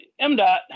MDOT